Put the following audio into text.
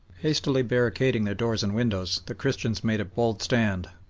hastily barricading their doors and windows the christians made a bold stand,